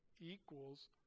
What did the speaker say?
equals